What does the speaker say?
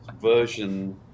version